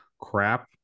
crap